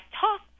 talk